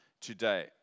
today